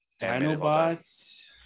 Dinobots